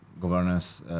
governance